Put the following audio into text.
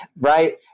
Right